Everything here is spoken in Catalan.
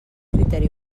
criteri